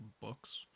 books